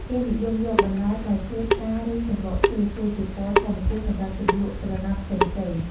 គេនិយមយក បន្លែ ផ្លែឈើ ផ្កា ឬសំបកឈើ ធ្វើជាពណ៌ធម្មជាតិសម្រាប់ជ្រលក់ក្រណាត់ផ្សេងៗ។